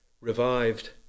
revived